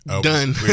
done